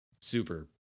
super